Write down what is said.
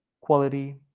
quality